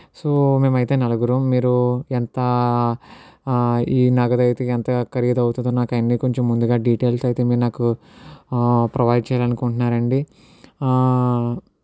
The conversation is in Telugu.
సో మేమైతే నలుగురం మీరు ఎంతా ఈ నగదయితే ఎంత ఖరీదవుతాదో నాకు అవన్నీ కొంచెం ముందుగా డిటెల్స్ అయితే మీరు నాకు ప్రొవైడ్ చేయాలనుకుంటున్నానండి